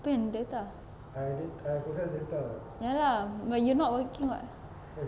apa yang data ya lah but you're not working [what]